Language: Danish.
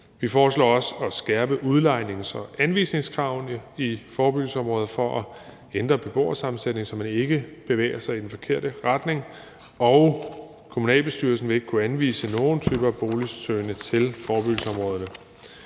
Vi foreslår også at skærpe udlejnings- og anvisningskravene i forebyggelsesområder for at ændre beboersammensætningen, så man ikke bevæger sig i den forkerte retning, og kommunalbestyrelsen vil ikke kunne anvise nogle typer af boligsøgende til forebyggelsesområderne.